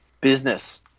business